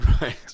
right